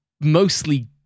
mostly